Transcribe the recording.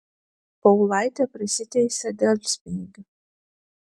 paulaitė prisiteisė delspinigių